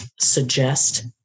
suggest